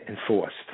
enforced